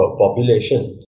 population